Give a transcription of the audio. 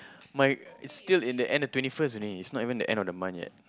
my it's still in the end at the twenty first is not even the end of the month yet